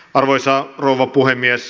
arvoisa rouva puhemies